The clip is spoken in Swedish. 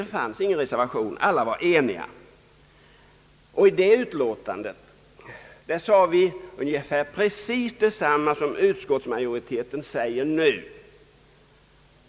Utskottet sade den gången precis detsamma som utskottsmajoriteten säger nu.